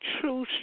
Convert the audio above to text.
true